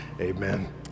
Amen